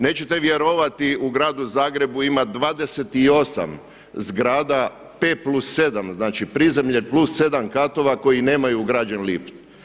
Nećete vjerovati u gradu Zagrebu ima 28 zgrada P+7, znači prizemlje +7 katova koji nemaju ugrađeni lift.